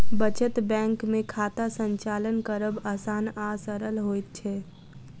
बचत बैंक मे खाता संचालन करब आसान आ सरल होइत छै